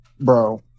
bro